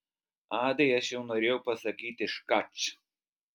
adai aš jau norėjau pasakyti škač